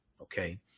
Okay